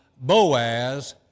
Boaz